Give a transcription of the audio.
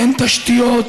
אין תשתיות,